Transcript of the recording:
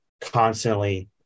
constantly